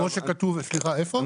כפי שכתוב איפה?